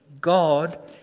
God